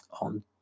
on